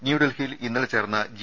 ന്യൂഡൽഹിയിൽ ഇന്നലെ ചേർന്ന ജി